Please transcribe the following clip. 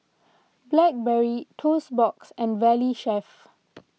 Blackberry Toast Box and Valley Chef